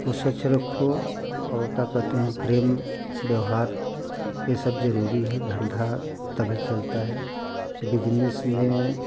को स्वच्छ रखो और क्या कहते हैं प्रेम व्यवहार ये सब जरुरी है धंधा तभी चलता है बिजनेस में